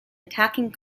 attacking